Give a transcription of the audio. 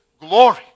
glory